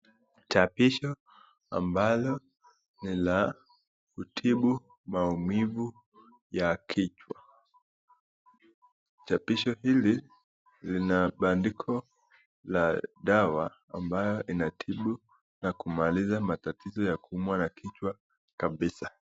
Chapisho ambalo ni la kutibu maumivu ya kichwa . Chapisho hili lina bandiko la dawa ambayo inatibu na kumaliza matatizo ya kuumwa na kichwa kabisa.